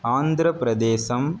Andhra Pradesh